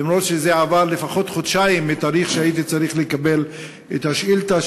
אף שעברו לפחות חודשיים מהתאריך שהייתי צריך לקבל את התשובה על השאילתה,